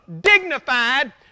dignified